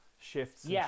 shifts